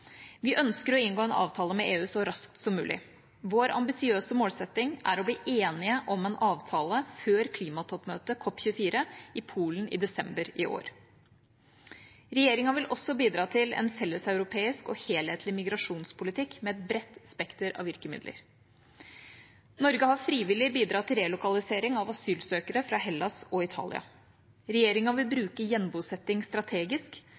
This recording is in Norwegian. Vi ønsker å inngå en avtale med EU så raskt som mulig. Vår ambisiøse målsetting er å bli enige om en avtale før klimatoppmøtet, COP24, i Polen i desember i år. Regjeringa vil også bidra til en felleseuropeisk og helhetlig migrasjonspolitikk med et bredt spekter av virkemidler. Norge har frivillig bidratt til relokalisering av asylsøkere fra Hellas og Italia. Regjeringa vil bruke gjenbosetting strategisk,